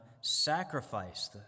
sacrifice